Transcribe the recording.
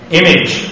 image